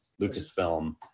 lucasfilm